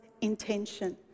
intention